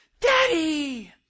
Daddy